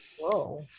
Whoa